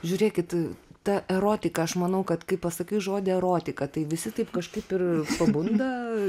žiūrėkit ta erotika aš manau kad kai pasakai žodį erotika tai visi taip kažkaip ir pabunda